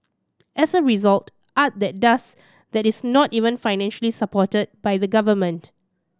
as a result art that does that is not even financially supported by the government